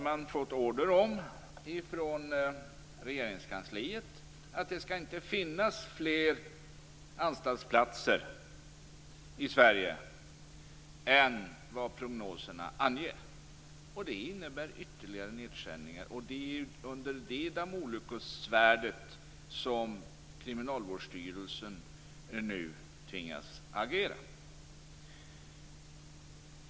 Man har ifrån Regeringskansliet fått order om att det inte skall finnas fler anstaltsplatser i Sverige än vad prognoserna anger. Det innebär ytterligare nedskärningar. Det är under det damoklessvärdet som Kriminalvårdsstyrelsen nu tvingas agera.